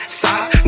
socks